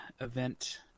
event